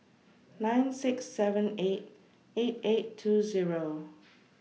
nine six seven eight eight eight two Zero